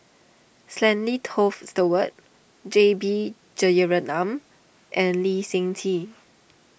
Stanley Toft Stewart J B Jeyaretnam and Lee Seng Tee